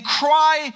cry